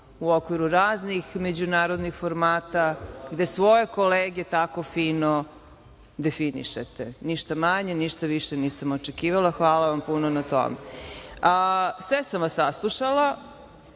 u okviru raznih međunarodnih formata gde svoje kolege tako fino definišete. Ništa manje, ništa više nisam očekivala. Hvala vam puno na tome. Gospodine Srđane